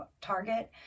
target